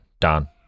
done